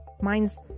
Mine's